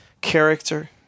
character